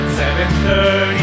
7.30